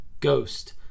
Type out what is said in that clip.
ghost